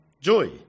joy